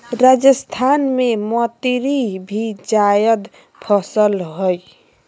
राजस्थान में मतीरी भी जायद फसल हइ